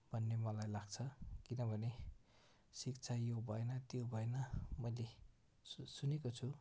भन्ने मलाई लाग्छ किनभने शिक्षा यो भएन त्यो भएन मैले सो सुनेको छु